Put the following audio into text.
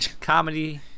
comedy